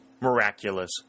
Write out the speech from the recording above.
miraculous